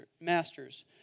masters